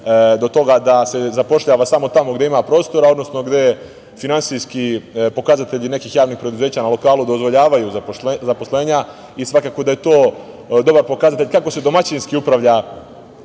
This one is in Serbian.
do toga da se zapošljava samo tamo gde ima prostora, odnosno gde finansijski pokazatelji nekih javnih preduzeća na lokalu dozvoljavaju zaposlenja i svakako da je to dobar pokazatelj kako se domaćinski upravlja